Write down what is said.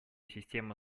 система